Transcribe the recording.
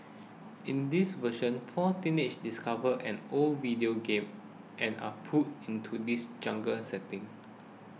in this version four teenagers discover an old video game and are pulled into this jungle setting